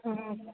हूँ